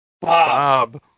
Bob